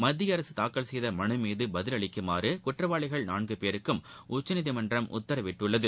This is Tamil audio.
மத்திய அரசு தாக்கல் செய்த மனு மீது பதிலளிக்குமாறு குற்றவாளிகள் நான்கு பேருக்கும் உச்சநீதிமன்றம் உத்தரவிட்டுள்ளது